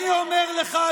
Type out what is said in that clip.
אני אומר לך,